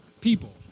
people